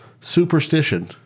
superstition